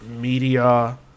Media